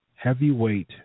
heavyweight